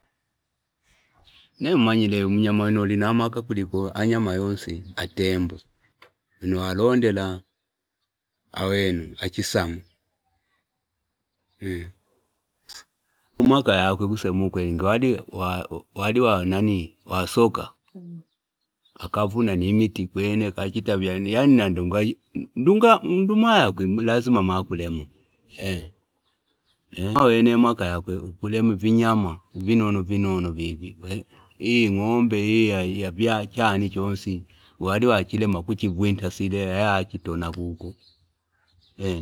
Nemwi imanyile umnyama wino alina amaka kuliko yonsi ataembo wino walondela wawene achisama ku maka yakwe kusema ukweli ngi wali wasoka akavuna ni miti kwene akachita vyani yani nandi ndu umaya kwi ilazima amakuema mana wene amaka yakwe ukuima ivinyama vino vino viviiye ng'ombe au achanai chonsi ngiwala wacheilema akuchivwinta sile avya achi tona kiku.